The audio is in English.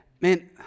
man